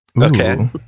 Okay